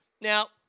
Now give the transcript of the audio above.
Now